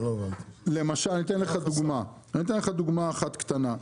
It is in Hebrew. אני אתן לך דוגמה אחת קטנה.